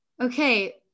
Okay